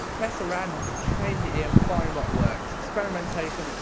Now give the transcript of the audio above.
mess around, and train your ear and find what works. experimentation,